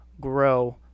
Grow